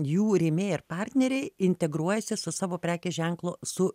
jų rėmėjai ir partneriai integruojasi su savo prekės ženklu su